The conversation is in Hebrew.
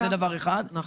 שנית,